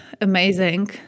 amazing